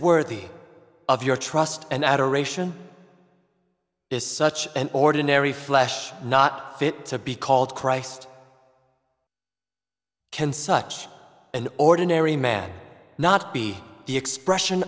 worthy of your trust and adoration is such an ordinary flesh not fit to be called christ can such an ordinary man not be the expression